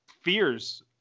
fears